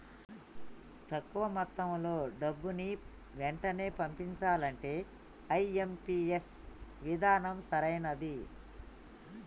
తక్కువ మొత్తంలో డబ్బుని వెంటనే పంపించాలంటే ఐ.ఎం.పీ.ఎస్ విధానం సరైనది